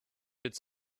its